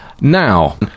Now